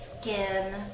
Skin